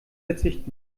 verzichten